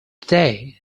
today